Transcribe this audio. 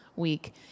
Week